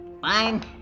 Fine